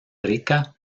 rica